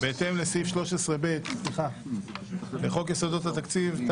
אנחנו מצביעים בהצבעות נפרדות על התקציבים.